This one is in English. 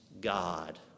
God